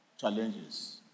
challenges